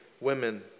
women